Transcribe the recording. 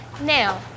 Now